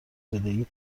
بدهی